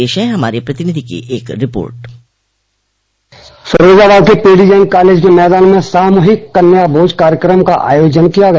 पेश है हमारे प्रतिनिधि की एक रिपोर्ट फिरोजाबाद के पीडी जैन कॉलेज के मैदान में सामूहिक कन्या भोज कार्यक्रम का आयोजन किया गया